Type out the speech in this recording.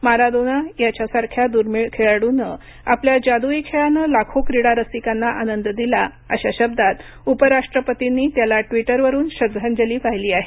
Maradona याच्यासारख्या दुर्मीळ खेळाडूनं आपल्या जादुई खेळानं लाखो क्रीडा रसिकांना आनंद दिला अशा शब्दात उपराष्ट्रपतींनी त्याला ट्विटरवरून श्रद्धांजली वाहिली आहे